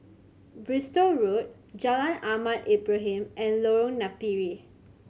Bristol Road Jalan Ahmad Ibrahim and Lorong Napiri